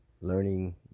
learning